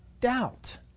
doubt